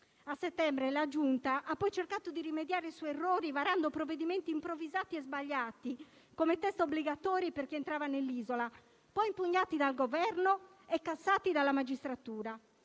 A settembre, la Giunta ha cercato di rimediare ai suoi errori varando provvedimenti improvvisati e sbagliati, come i test obbligatori per chi arrivava sull'isola, poi impugnati dal Governo e cassati dalla magistratura.